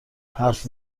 حرف